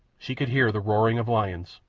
she could hear the roaring of lions,